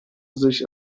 sich